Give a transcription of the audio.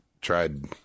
tried